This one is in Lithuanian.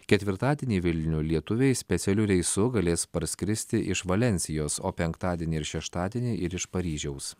ketvirtadienį į vilnių lietuviai specialiu reisu galės parskristi iš valensijos o penktadienį ir šeštadienį ir iš paryžiaus